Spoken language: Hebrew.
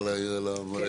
הביצוע?